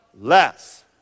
less